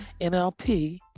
NLP